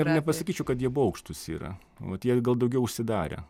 ir nepasakyčiau kad jie baugštūs yra vat jie gal daugiau užsidarę